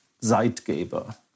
Zeitgeber